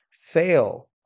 Fail